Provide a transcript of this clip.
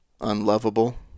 unlovable